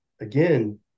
again